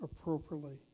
appropriately